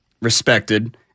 respected